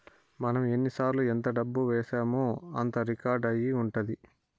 మనం ఎన్నిసార్లు ఎంత డబ్బు వేశామో అంతా రికార్డ్ అయి ఉంటది